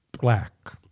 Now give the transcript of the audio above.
black